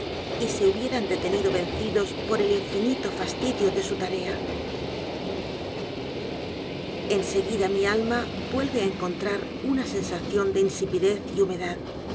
y se hubieran detenido vencidos por el infinito fastidio de su tarea e n seguida mi alma vuelve á encontrar una sensación de insipidez y